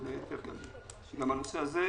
ובין היתר גם בנושא הזה.